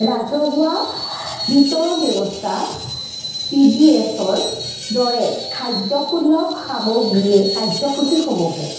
ৰাজহুৱা বিতৰণ ব্যৱস্থা পি ডি এচৰ দৰে খাদ্য সুলভ সামগ্ৰীয়ে কাৰ্যসূচীসমূহে